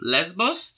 Lesbos